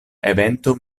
eventon